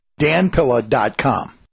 danpilla.com